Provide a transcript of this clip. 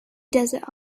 desert